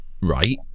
Right